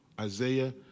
Isaiah